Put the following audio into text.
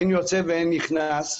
אין יוצא ואין נכנס.